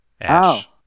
Ash